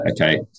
okay